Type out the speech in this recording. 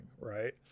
right